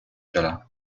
cela